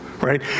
right